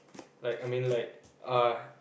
like I mean like uh